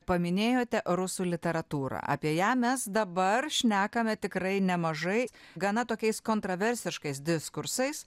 paminėjote rusų literatūrą apie ją mes dabar šnekame tikrai nemažai gana tokiais kontroversiškais diskursais